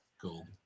cool